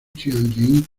tianjin